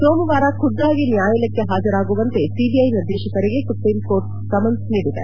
ಸೋಮವಾರ ಖುದ್ಗಾಗಿ ನ್ನಾಯಾಲಯಕ್ಕೆ ಹಾಜರಾಗುವಂತೆ ಸಿಬಿಐ ನಿರ್ದೇಶಕರಿಗೆ ಸುಪ್ರೀಂಕೋರ್ಟ್ ಸಮನ್ನ್ ನೀಡಿದೆ